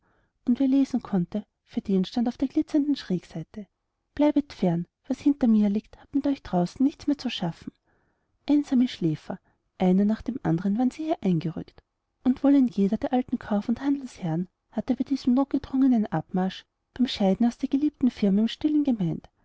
und wer lesen konnte für den stand auf der glitzernden schrägseite bleibet fern was hinter mir liegt hat mit euch draußen nichts mehr zu schaffen einsame schläfer einer nach dem anderen waren sie hier eingerückt und wohl ein jeder der alten kauf und handelsherren hatte bei diesem notgedrungenen abmarsch beim scheiden aus der geliebten firma im stillen gemeint